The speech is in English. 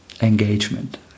Engagement